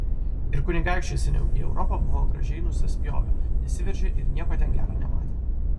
ir kunigaikščiai seniau į europą buvo gražiai nusispjovę nesiveržė ir nieko ten gera nematė